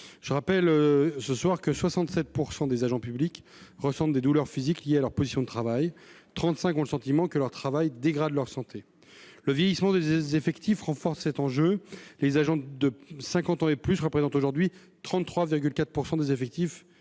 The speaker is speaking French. Je rappelle que 67 % des agents publics ressentent des douleurs physiques liées à leur position de travail, et 35 % ont le sentiment que leur travail dégrade leur santé. Le vieillissement des effectifs renforce cet enjeu, les agents de 50 ans et plus représentant aujourd'hui 33,4 % des effectifs